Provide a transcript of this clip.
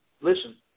listen